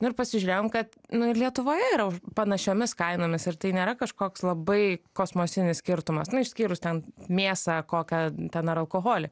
nu ir pasižiūrėjom kad nu ir lietuvoje yra panašiomis kainomis ir tai nėra kažkoks labai kosmosinis skirtumas nu išskyrus ten mėsą kokią ten ar alkoholį